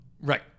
Right